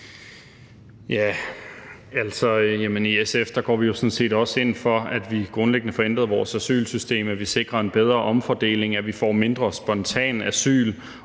vi jo sådan set også ind for, at vi grundlæggende får ændret vores asylsystem; at vi sikrer en bedre omfordeling; at vi får mindre spontant asyl